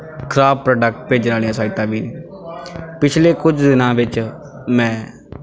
ਖਰਾਬ ਪ੍ਰੋਡਕਟ ਭੇਜਣ ਵਾਲੀਆਂ ਸਾਈਟਾਂ ਵੀ ਪਿਛਲੇ ਕੁਝ ਦਿਨਾਂ ਵਿੱਚ ਮੈਂ